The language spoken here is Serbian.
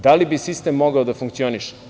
Da li bi sistem mogao da funkcioniše?